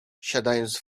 siadając